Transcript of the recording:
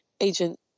agent